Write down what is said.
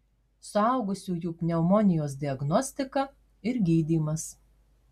suaugusiųjų pneumonijos diagnostika ir gydymas